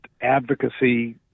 advocacy